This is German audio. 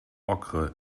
okres